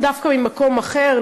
דווקא ממקום אחר,